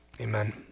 Amen